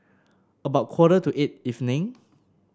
about quarter to eight evening